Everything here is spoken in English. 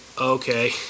Okay